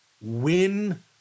win